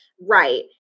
right